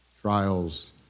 Trials